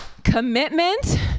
commitment